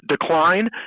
decline